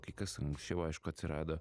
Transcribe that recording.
kai kas anksčiau aišku atsirado